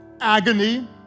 agony